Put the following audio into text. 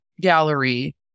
gallery